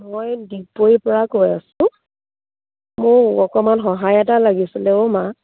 মই ডিগবৈৰপৰা কৈ আছোঁ মোক অকমান সহায় এটা লাগিছিলে অ' মা